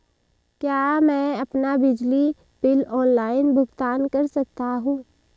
क्या मैं अपना बिजली बिल ऑनलाइन भुगतान कर सकता हूँ?